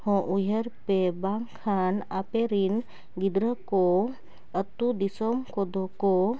ᱦᱚᱸ ᱩᱭᱦᱟᱹᱨ ᱯᱮ ᱵᱟᱝ ᱠᱷᱟᱱ ᱟᱯᱮᱨᱤᱱ ᱜᱤᱫᱽᱨᱟᱹ ᱠᱚ ᱟᱛᱳ ᱫᱤᱥᱚᱢ ᱠᱚᱫᱚᱠᱚ